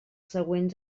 següents